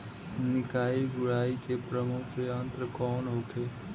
निकाई गुराई के प्रमुख यंत्र कौन होखे?